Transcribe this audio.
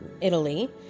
Italy